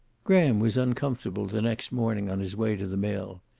graham was uncomfortable the next morning on his way to the mill.